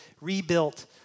rebuilt